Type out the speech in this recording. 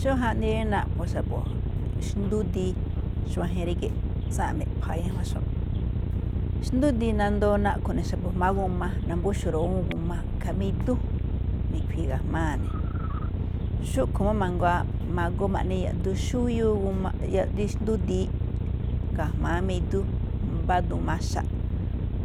Xó jaꞌnii naꞌpho̱ xa̱bo̱ xndúdii xuajen ríge̱ꞌ tsáanꞌ me̱ꞌpha̱a̱ ñajuanxo̱ꞌ. Xndúdii nandoo na̱ꞌkho̱ ne̱ jma̱á g a nambúxo̱o̱ ro̱ꞌoo̱ ne̱ awúun g a i̱ꞌkha̱ máꞌ idú, mi̱khuii̱ ga̱jmáa̱ ne̱. Xúꞌkhue̱n máꞌ mangaa ma̱goo ma̱ꞌne yaꞌduun xúbiúu yaꞌdiin xndúdiin, ga̱jma̱á máꞌ idú, mbá duun maxa,